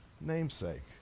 namesake